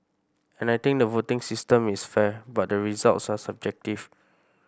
and I think the voting system is fair but the results are subjective